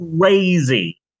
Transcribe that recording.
crazy